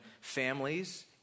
families